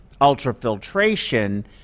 ultrafiltration